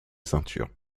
ceinture